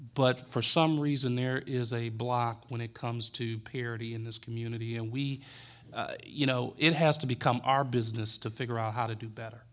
but for some reason there is a block when it comes to parity in this community and we you know it has to become our business to figure out how to do